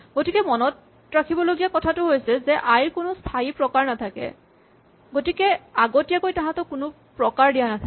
গতিকে মনত ৰাখিবলগীয়া কথাটো হৈছে যে নামৰ কোনো স্হায়ী প্ৰকাৰ নাথাকে আগতীয়াকৈ তাহাঁতক কোনো প্ৰকাৰ দিয়া নাথাকে